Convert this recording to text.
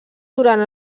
durant